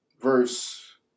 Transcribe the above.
verse